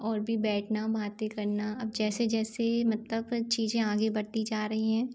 और भी बैठना बातें करना अब जैसे जैसे मतलब चीज़ें आगे बढ़ती जा रहीं हैं